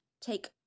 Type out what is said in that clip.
take